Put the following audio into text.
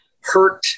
hurt